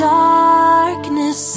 darkness